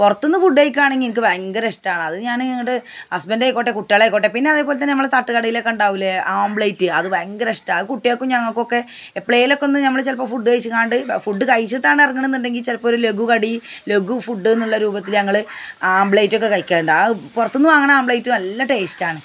പുറത്തു നിന്ന് ഫുഡ് കഴിക്കുവാണെങ്കിൽ എനിക്ക് ഭയങ്കര ഇഷ്ടമാണ് അത് ഞാനിയങ്ങൊട് ഹസ്ബൻഡായിക്കോട്ടെ കുട്ടാളായിക്കോട്ടെ പിന്നതേപോലെ തന്നെ നമ്മുടെ തട്ടുകടയിലൊക്കെ ഉണ്ടാവുകേലെ ആംപ്ളേറ്റ് അത് ഭയങ്കര ഇഷ്ടമാണ് അത് കുട്ടികൾക്കും ഞങ്ങൾക്കുമൊക്കെ എപ്പളേലൊക്കെയൊന്നു ഞമ്മൾ ചിലപ്പോൾ ഫുഡ് കഴിച്ചു കൊണ്ട് ഫുഡ് കഴിച്ചിട്ടിറങ്ങണേന്നുണ്ടെങ്കിൽ ചിലപ്പൊരു ലഘു കടി ലഘു ഫുഡ്ഡെന്നുള്ള രൂപത്തിൽ ഞങ്ങൾ ആംപ്ളേറ്റൊക്കെ കഴിക്കലുണ്ട് ആ പുറത്തു നിന്ന് വാങ്ങണ ആംപ്ളേറ്റ് നല്ല ടേസ്റ്റാണ്